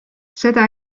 seda